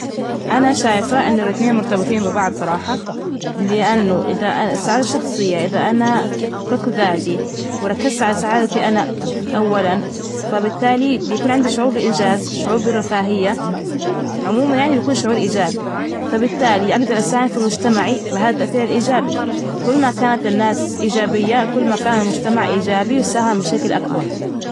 أنا شايفه أنه الإثنين مرتبطين ببعض صراحة، لأنه إذا السعادة الشخصية إذا أنا حققت ذاتي وركزت على سعادتي أنا أولا، فبالتالي بكون عندي شعور بالإنجاز، شعور بالرفاهية، عموما يعني بكون شعور إيجابي، فبالتالي أجدر أساهم في مجتمعي بهذا التأثير الإيجابي، كل ما كانت الناس إيجابية، كل ما كان المجتمع إيجابي وساهم بشكل أكبر.